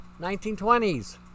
1920s